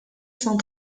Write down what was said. cent